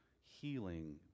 healing